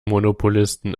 monopolisten